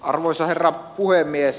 arvoisa herra puhemies